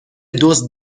دزد